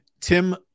Tim